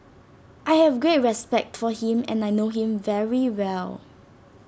I have great respect for him and I know him very well